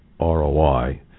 ROI